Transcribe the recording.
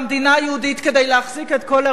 היהודית כדי להחזיק את כל ארץ-ישראל,